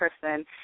person